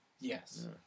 Yes